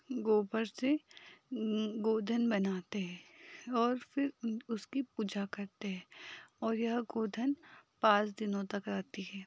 गोबर से गोधन बनाते हैं और फिर उसकी पूजा करते हैं और यह गोधन पाँच दिनों तक रहती है